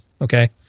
Okay